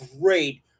great